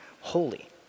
holy